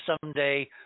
someday